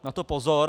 Na to pozor.